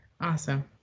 Awesome